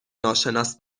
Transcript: ناشناس